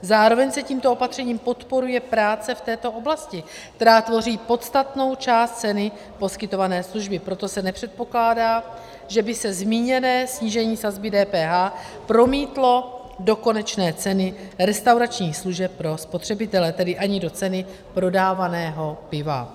Zároveň se tímto opatřením podporuje práce v této oblasti, která tvoří podstatnou část ceny poskytované služby, proto se nepředpokládá, že by se zmíněné snížení sazby DPH promítlo do konečné ceny restauračních služeb pro spotřebitele, tedy ani do ceny prodávaného piva.